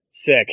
Sick